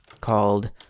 called